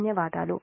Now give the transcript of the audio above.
ధన్యవాదాలు